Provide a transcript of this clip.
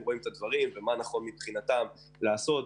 רואים את הדברים ומה נכון מבחינתם לעשות,